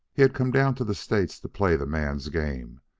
had come down to the states to play the man's game,